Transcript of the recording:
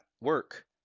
work